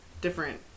different